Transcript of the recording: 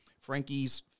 Frankie's